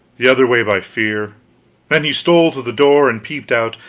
the other way by fear then he stole to the door and peeped out,